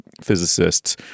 physicists